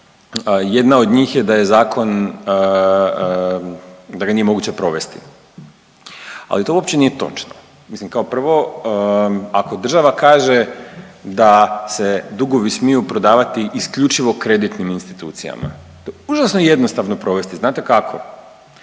je da je zakon, da ga nije moguće provesti, ali to uopće nije točno. Mislim kao prvo ako država kaže da se dugovi smiju prodavati isključivo kreditnim institucijama užasno je jednostavno provesti. Znate kako?